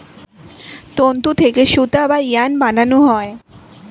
তন্তু থেকে সুতা বা ইয়ার্ন বানানো হয়